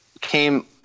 came